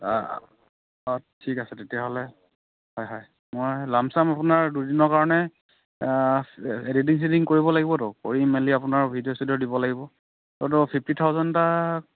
অঁ ঠিক আছে তেতিয়াহ'লে হয় হয় মই লাম্প ছাম আপোনাৰ দুদিনৰ কাৰণে এডিটিং চেডিটিং কৰিব লাগিবতো কৰি মেলি আপোনাৰ ভিডিঅ' চিডিঅ' দিব লাগিব মইতো ফিফটি থাউজেণ্ড এটা